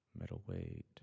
middleweight